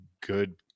good